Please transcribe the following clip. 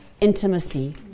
intimacy